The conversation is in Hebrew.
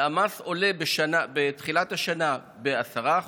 המס עולה בתחילת השנה ב-10%,